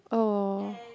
oh